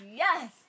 yes